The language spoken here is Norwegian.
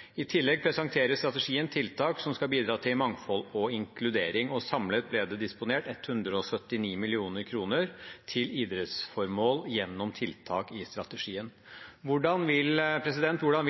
i deltakelse. I tillegg presenterer strategien tiltak som skal bidra til mangfold og inkludering. Samlet ble det disponert 179 mill. kroner til idrettsformål gjennom tiltak i strategien. Hvordan vil